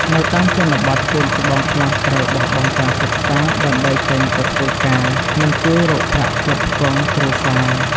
នៅតាមជនបទ កូនច្បងខ្លះត្រូវបោះបង់ការសិក្សា ដើម្បីចេញទៅធ្វើការ និងជួយរកប្រាក់ផ្គត់ផ្គង់គ្រួសារ។